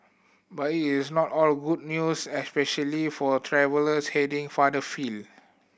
but it is not all good news especially for travellers heading farther afield